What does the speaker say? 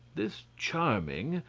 this charming,